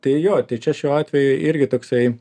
tai jo tai čia šiuo atveju irgi toksai